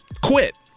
quit